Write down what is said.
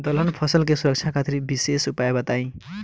दलहन फसल के सुरक्षा खातिर विशेष उपाय बताई?